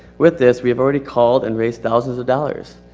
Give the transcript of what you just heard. with this, we have already called and raised thousands of dollars.